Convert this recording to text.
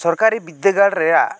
ᱥᱚᱨᱠᱟᱨᱤ ᱵᱤᱫᱽᱫᱟᱹᱜᱟᱲ ᱨᱮᱭᱟᱜ